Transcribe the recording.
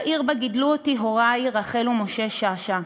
העיר שבה גידלו אותי הורי, רחל ומשה שאשא,